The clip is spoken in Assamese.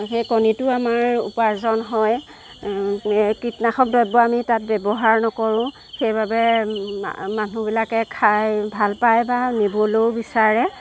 সেই কণীটোও আমাৰ উপাৰ্জন হয় কীটনাশক দ্ৰব্য আমি তাত ব্যৱহাৰ নকৰো সেইবাবে মানুহবিলাকে খাই ভাল পায় বা নিবলৈও বিচাৰে